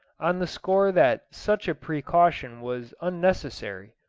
on the score that such a precaution was unnecessary.